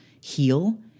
heal